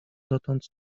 dotąd